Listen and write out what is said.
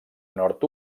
nord